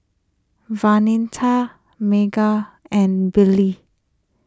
Vonetta Meghan and Billie